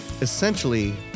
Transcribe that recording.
Essentially